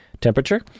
temperature